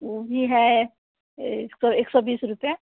वो भी है एक सौ एक सौ बीस रुपया